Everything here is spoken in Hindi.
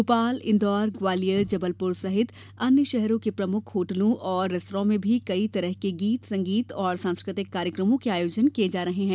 भोपाल इंदौर ग्वालियर जबलपुर सहित अन्य शहरों के प्रमुख होटलों और रेस्तरा में भी कई तरह के गीत संगीत और सांस्कृतिक कार्यक्रमों के आयोजन किये जा रहे हैं